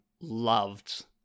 loved